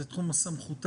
זה תחום סמכותה.